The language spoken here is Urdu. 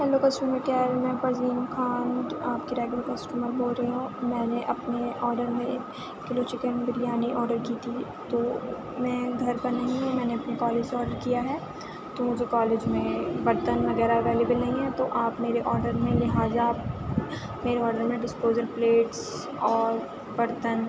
ہیلو کسٹمر کیئر میں بزمین خان آپ کی ریگولر کسٹمر بول رہی ہوں میں نے اپنے آڈر میں ایک کلو چکن بریانی آڈر کی تھی تو میں گھر پر نہیں ہوں میں نے اپنے کالج سے آڈر کیا ہے تو مجھے کالج میں برتن وغیرہ اویلیبل نہیں ہیں تو آپ میرے آڈر میں لہٰذا میرے آڈر میں ڈسپوزل پلیٹس اور برتن